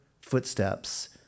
footsteps